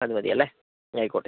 അത് മതിയല്ലേ ആയിക്കോട്ടെ സാർ